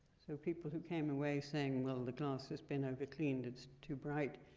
so people who came away saying, well, the glass has been over cleaned, it's too bright,